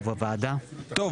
7